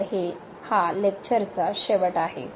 तर हे लेक्चरचा शेवट आहे